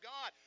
God